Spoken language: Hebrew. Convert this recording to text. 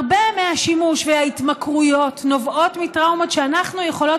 הרבה מהשימוש וההתמכרויות נובעות מטראומות שאנחנו יכולות